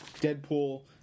Deadpool